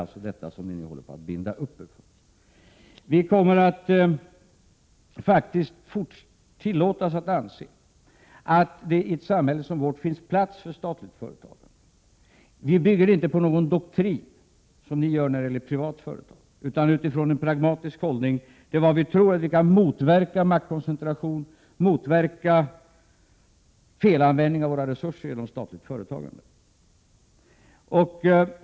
Men detta håller ni alltså på att binda upp er för. Vi kommer faktiskt att tillåta oss att anse att det i ett samhälle som vårt finns plats för statligt företagande. Vi bygger inte vårt resonemang på någon doktrin som ni gör när det gäller privat företagande, utan vi utgår från en pragmatisk hållning till sådant som vi tror kan motverka maktkoncentration, motverka felanvändning av våra resurser beträffande statligt företagande.